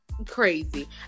Crazy